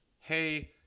hey